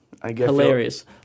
Hilarious